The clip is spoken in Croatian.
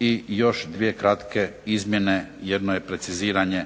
i još dvije kratke izmjene, jedno je preciziranje